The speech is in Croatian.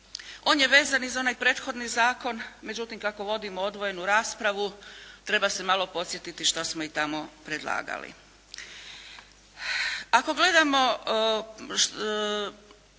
On je vezan i za onaj prethodni zakon, međutim kako vodimo odvojenu raspravu treba se malo podsjetiti što smo i tamo predlagali.